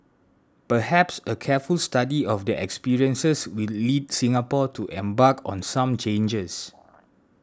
perhaps a careful study of their experiences will lead Singapore to embark on some changes